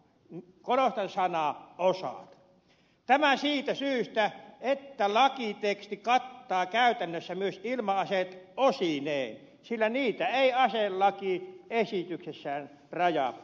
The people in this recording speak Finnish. korostan sanaa osa tämä siitä syystä että lakiteksti kattaa käytännössä myös ilma aseet osineen sillä niitä ei aselakiesityksessä rajata pois